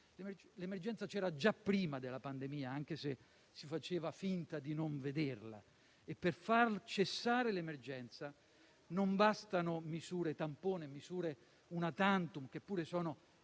L'emergenza c'era già prima della pandemia, ma si faceva finta di non vederla. Per far cessare l'emergenza non bastano misure tampone, misure *una tantum*, che pure sono